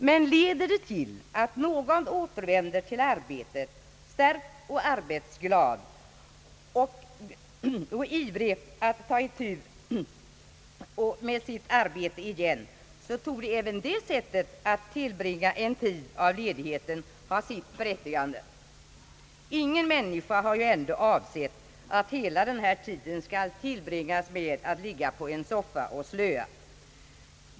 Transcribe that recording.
Men leder det till att någon återvänder till arbetet stärkt och arbetsglad och ivrig att ta itu med sitt arbete igen, torde även det sättet att tillbringa en tid av ledigheten ha sitt berättigande. Ingen människa har ju ändå avsett att hela denna tid skall tillbringas med att ligga på en soffa och slöa.